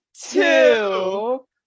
two